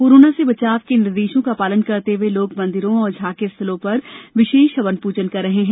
corona से बचाव के निर्देशों का पालन करते हुए लोग मंदिरों और झॉकी स्थलों पर विशेष हवन पूजन कर रहे हैं